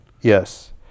Yes